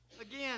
again